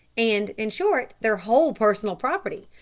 and, in short, their whole personal property.